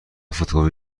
فتوکپی